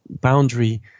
boundary